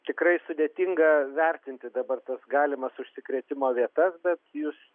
tikrai sudėtinga vertinti dabar tas galimas užsikrėtimo vietas bet jūs